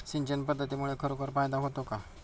सिंचन पद्धतीमुळे खरोखर फायदा होतो का?